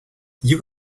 you